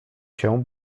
się